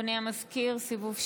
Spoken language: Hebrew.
אדוני המזכיר, סיבוב שני.